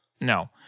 No